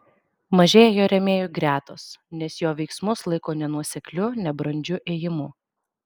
mažėja jo rėmėjų gretos nes jo veiksmus laiko nenuosekliu nebrandžiu ėjimu